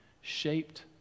shaped